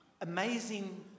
amazing